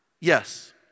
yes